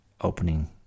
opening